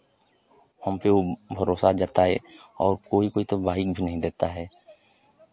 हमपे वो भरोसा जताए और कोई कोई तो बाइक भी नहीं देता है